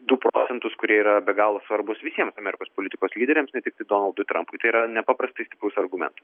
du procentus kurie yra be galo svarbūs visiems amerikos politikos lyderiams ne tiktai donaldui trampui tai yra nepaprastai stiprus argumentas